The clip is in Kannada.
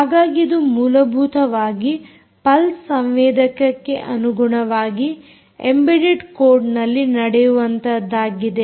ಹಾಗಾಗಿ ಇದು ಮೂಲಭೂತವಾಗಿ ಪಲ್ಸ್ ಸಂವೇದಕಕ್ಕೆ ಅನುಗುಣವಾಗಿ ಎಂಬೆಡೆಡ್ ಕೋಡ್ನಲ್ಲಿ ನಡೆಯುವಂತಹದ್ದಾಗಿದೆ